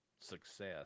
success